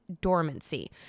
dormancy